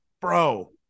bro